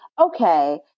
okay